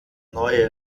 neue